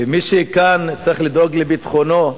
ומי שכאן צריך לדאוג לביטחונו ולרווחתו,